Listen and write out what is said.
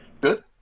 Good